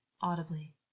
audibly